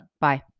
Bye